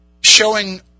showing